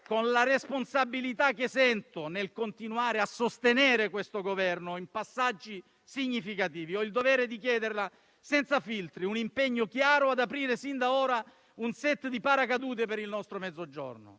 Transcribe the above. con la responsabilità che sento nel continuare a sostenere questo Governo in passaggi significativi, ho il dovere di chiederle senza filtri un impegno chiaro ad aprire sin da ora un set di paracadute per il nostro Mezzogiorno.